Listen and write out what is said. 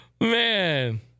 Man